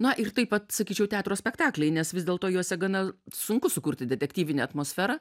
na ir taip pat sakyčiau teatro spektakliai nes vis dėlto juose gana sunku sukurti detektyvinę atmosferą